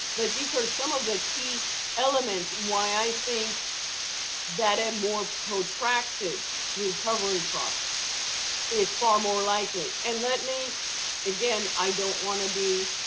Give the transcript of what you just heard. but these are some of the key elements why i think that a more protracted recovery process is far more likely. and let me again, i don't want to be